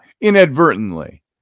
inadvertently